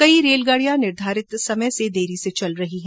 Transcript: कई रेलगाड़ियां निर्धारित समय से देरी से चल रही हैं